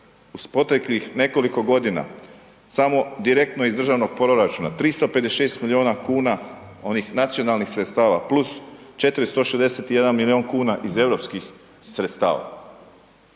uz proteklih nekoliko godina samo direktno iz državnog proračuna 356 milijuna kuna onih nacionalnih sredstava, plus 461 milijun kuna iz europskih sredstava,